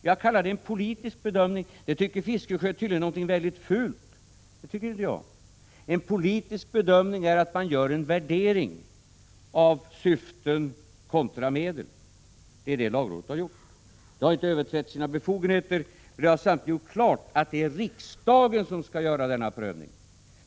Jag kallar det en politisk bedömning. Detta tycker Fiskesjö tydligen är någonting väldigt fult. Det tycker inte jag. En politisk bedömning innebär att man gör en värdering av syften kontra medel. Det är detta lagrådet har gjort. " Lagrådet har inte överträtt sina befogenheter, men det har samtidigt gjort klart att det är riksdagen som skall göra denna prövning.